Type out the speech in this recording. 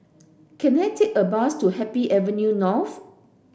can I take a bus to Happy Avenue North